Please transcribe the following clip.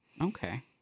Okay